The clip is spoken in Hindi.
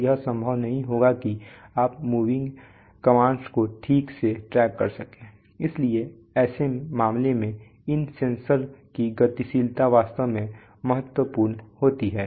और यह संभव नहीं होगा कि आप मूविंग कमांड्स को ठीक से ट्रैक कर सकें इसलिए ऐसे मामलों में इन सेंसर की गतिशीलता वास्तव में महत्वपूर्ण होती है